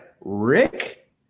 Rick